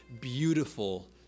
beautiful